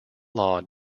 law